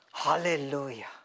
Hallelujah